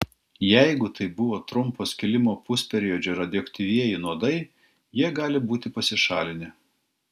jeigu tai buvo trumpo skilimo pusperiodžio radioaktyvieji nuodai jie gali būti pasišalinę